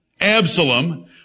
Absalom